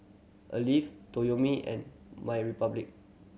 a leave Toyomi and MyRepublic